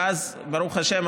ואז ברוך השם,